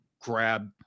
grab